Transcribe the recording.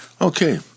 Okay